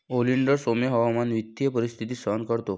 oleander सौम्य हवामानात विस्तृत परिस्थिती सहन करतो